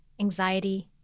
anxiety